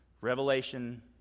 Revelation